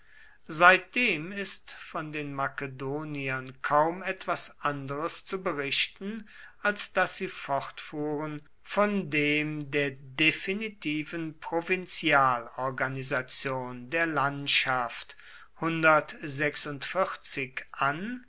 seitdem ist von den makedoniern kaum etwas anderes zu berichten als daß sie fortfuhren von dem der definitiven provinzialorganisation der landschaft an